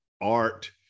art